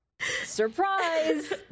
Surprise